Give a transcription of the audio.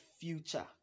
future